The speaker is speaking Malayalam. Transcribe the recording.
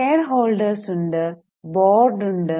ഷെയർ ഹോൾഡേഴ്സ് ഉണ്ട് ബോർഡ് ഉണ്ട്